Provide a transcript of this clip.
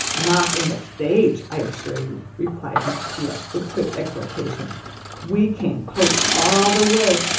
not in the stage, i assure you, replied miss steele, with quick exultation we came post all the way,